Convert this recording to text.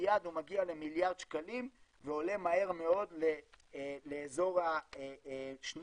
מיד הוא מגיע למיליארד שקלים ועולה מהר מאוד לאזור שני